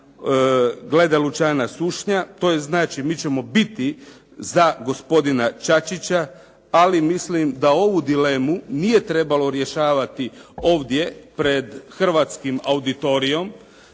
glede Luciana Sušnja, to je znači, mi ćemo biti za gospodina Čačića, ali mislim da ovu dilemu nije trebalo rješavati ovdje pred hrvatskim auditorijom,